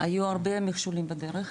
היו הרבה מכשולים בדרך.